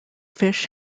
fish